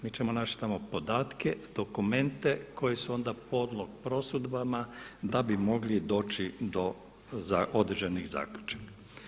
Mi ćemo naći tamo podatke, dokumente koji su onda po prosudbama da bi mogli doći do određenih zaključaka.